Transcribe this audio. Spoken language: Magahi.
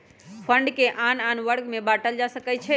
फण्ड के आन आन वर्ग में बाटल जा सकइ छै